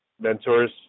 mentors